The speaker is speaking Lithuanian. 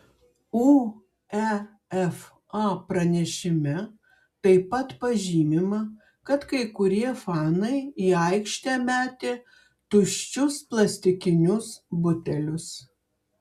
uefa pranešime taip pat pažymima kad kai kurie fanai į aikštę metė tuščius plastikinius butelius